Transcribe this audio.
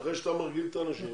זה שאתה מרגיל את האנשים